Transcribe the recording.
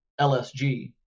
LSG